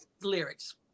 lyrics